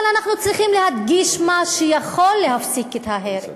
אבל אנחנו צריכים להדגיש מה שיכול להפסיק את ההרג,